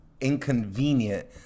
inconvenient